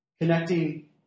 Connecting